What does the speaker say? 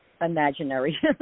imaginary